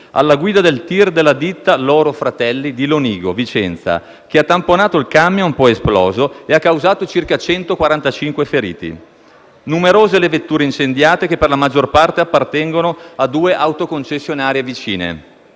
alla guida del tir della ditta Loro Fratelli di Lonigo, in provincia di Vicenza, che ha tamponato il camion poi esploso e ha causato circa 145 feriti. Numerose le vetture incendiate, che per la maggior parte appartengono a due autoconcessionarie vicine.